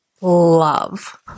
love